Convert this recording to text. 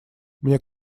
мне